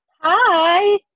Hi